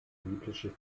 biblische